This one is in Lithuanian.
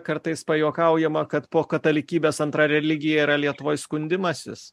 kartais pajuokaujama kad po katalikybės antra religija yra lietuvoj skundimasis